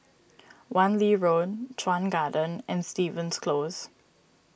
Wan Lee Road Chuan Garden and Stevens Close